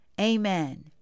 Amen